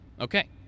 Okay